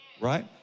right